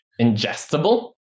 ingestible